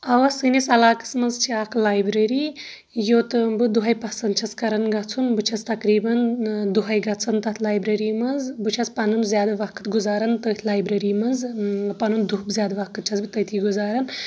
اوا سأنِس علاقس منٛز چھ اکھ لایبریری یوٚت بہٕ دۄہے پسنٛد چھس کران گژھُن بہٕ چھس تقریٖبن دۄہے گژھان تَتھ لایبریری منٛز بہٕ چھس پنُن زیٛادٕ وقت گُزاران تٔتھۍ لایبریری منٛز پنُن دۄہُک زیٛادٕ وقت چھس بہٕ تٔتی گُزاران